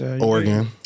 Oregon